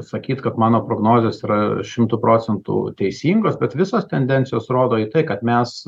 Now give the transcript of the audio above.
sakyt kad mano prognozės yra šimtu procentų teisingos bet visos tendencijos rodo į tai kad mes